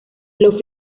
los